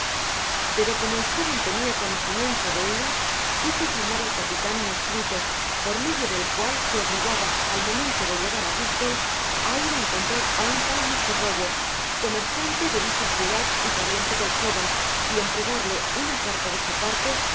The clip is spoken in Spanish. pero como el jóven tenia conocimiento de ellas hice firmar al capitan un escrito por medio del cual se obligaba al momenmento de llegar á bristol á ir áencontrar á un tal mr rogert comerciante de dicha ciudad y pariente del jóven y entregarle una carta de su parte asi